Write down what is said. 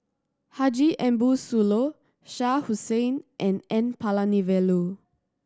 Haji Ambo Sooloh Shah Hussain and N Palanivelu